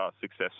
success